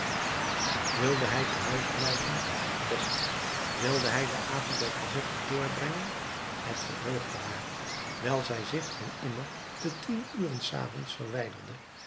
wilde hij te huis blijven best wilde hij den avond bij cosette doorbrengen het verheugde haar wijl hij zich dan immer te tien uren s avonds verwijderde